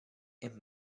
i’m